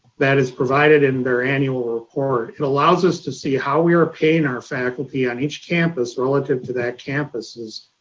that is provided in their annual report. it allows us to see how we are paying our faculty on each campus relative to that campus's